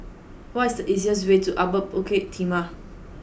what is the easiest way to Upper Bukit Timah